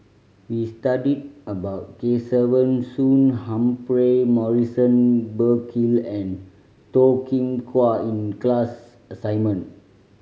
we studied about Kesavan Soon Humphrey Morrison Burkill and Toh Kim Hwa in class assignment